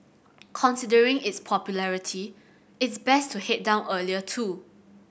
considering its popularity it's best to head down earlier too